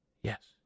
Yes